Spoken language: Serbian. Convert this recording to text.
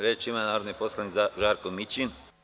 Reč ima narodni poslanik Žarko Mićin.